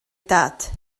dad